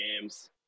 Games